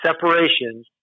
separation